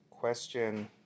Question